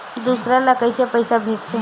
दूसरा ला कइसे पईसा भेजथे?